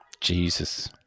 Jesus